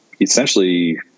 essentially